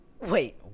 Wait